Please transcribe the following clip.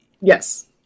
yes